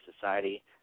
society